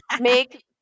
make